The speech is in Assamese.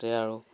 তাতে আৰু